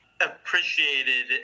appreciated